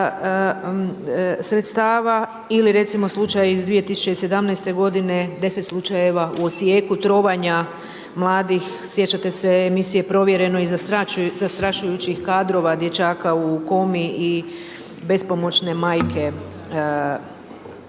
sredstava ili recimo slučaj iz 2017. g., 10 slučajeva u Osijeku trovanja mladih, sjećate se emisije Provjereno i zastrašujućih kadrova dječaka u komi i bespomoćne majke koja